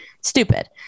Stupid